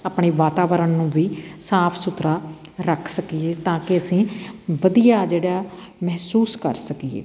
ਆਪਣੇ ਵਾਤਾਵਰਨ ਨੂੰ ਵੀ ਸਾਫ ਸੁਥਰਾ ਰੱਖ ਸਕੀਏ ਤਾਂ ਕਿ ਅਸੀਂ ਵਧੀਆ ਜਿਹੜਾ ਮਹਿਸੂਸ ਕਰ ਸਕੀਏ